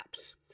apps